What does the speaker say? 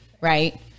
right